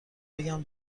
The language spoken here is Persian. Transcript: بگم